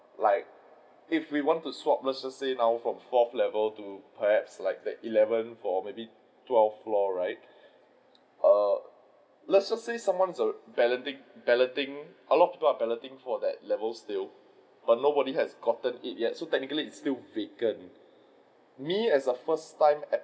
like if we want to swap let just say now from fourth level to perhaps like the eleventh or maybe twelfth floor right err let's just say someone err balloting balloting a lot of people are balloting for that level still err but nobody has gotten it yet so technically it's still vacant me as as first time